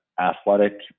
athletic